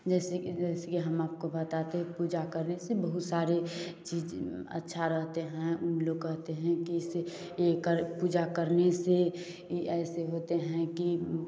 जैसे कि जैसे कि हम आपको बता दें पूजा करने से बहुत सारे चीज़ें अच्छा रहते हैं उन लोग कहते हैं कि इससे पूजा करने से ऐसे होते हैं की